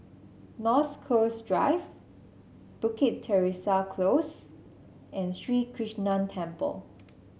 North Coast Drive Bukit Teresa Close and Sri Krishnan Temple